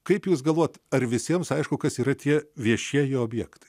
kaip jūs galvojat ar visiems aišku kas yra tie viešieji objektai